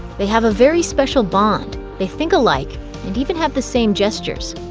they have a very special bond, they think alike and even have the same gestures,